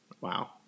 Wow